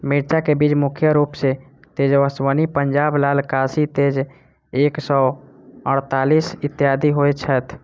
मिर्चा केँ बीज मुख्य रूप सँ तेजस्वनी, पंजाब लाल, काशी तेज एक सै अड़तालीस, इत्यादि होए छैथ?